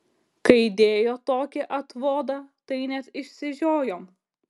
kai dėjo tokį atvodą tai net išsižiojom